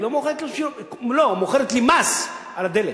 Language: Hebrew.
היא מוכרת לי מס על הדלק.